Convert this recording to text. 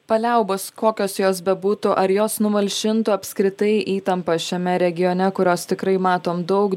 paliaubos kokios jos bebūtų ar jos numalšintų apskritai įtampą šiame regione kurios tikrai matom daug